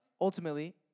ultimately